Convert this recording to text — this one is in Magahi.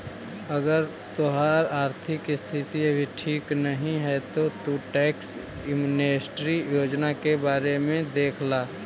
अगर तोहार आर्थिक स्थिति अभी ठीक नहीं है तो तु टैक्स एमनेस्टी योजना के बारे में देख ला